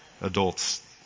adults